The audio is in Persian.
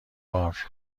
بار